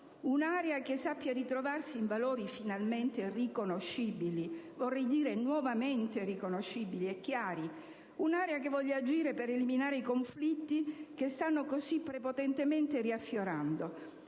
Un'area che sappia ritrovarsi in valori finalmente e nuovamente riconoscibili e chiari, che voglia agire per eliminare i conflitti che stanno così prepotentemente riaffiorando: